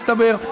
מסתבר.